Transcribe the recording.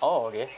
orh okay